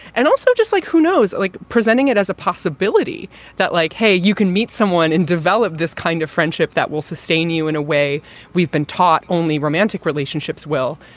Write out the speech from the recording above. and also just like who knows, i like presenting it as a possibility that, like, hey, you can meet someone and develop this kind of friendship that will sustain you in a way we've been taught only romantic relationships. well,